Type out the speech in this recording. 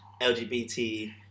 LGBT